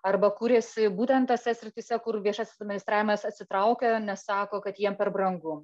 arba kuriai būtent tose srityse kur viešasis administravimas atsitraukia nes sako kad jiem per brangu